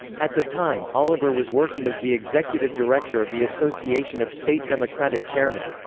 at the time, oliver was working as the executive director of the association of state democratic chairmen.